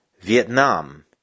Vietnam